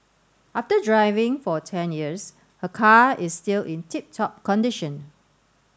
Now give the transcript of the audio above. after driving for ten years her car is still in tip top condition